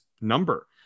number